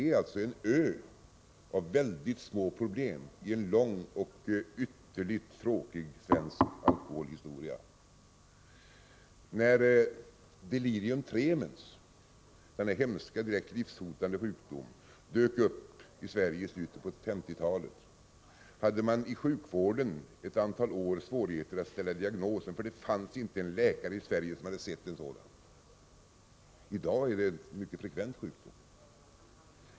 Man kan se det som en ö av väldigt små problem i en lång och ytterligt tråkig svensk alkoholhistoria. När delirium tremens, denna hemska och direkt livshotande sjukdom, dök upp i Sverige i slutet på 1950-talet hade man inom sjukvården under ett antal år svårigheter att ställa diagnosen, för det fanns inte en läkare här som hade stött på sjukdomen. I dag är den en mycket frekvent sjukdom.